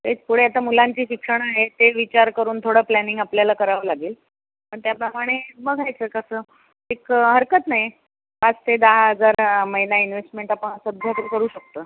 तेच पुढे आता मुलांची शिक्षणं आहेत ते विचार करून थोडं प्लॅनिंग आपल्याला करावं लागेल पण त्याप्रमाणे बघायचं कसं एक हरकत नाही पाच ते दहा हजार महिना इन्व्हेस्टमेंट आपण सध्या तरी करू शकतो